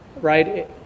right